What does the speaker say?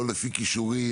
לא לפי כישורים,